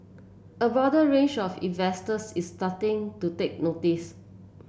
a broader range of investors is starting to take notice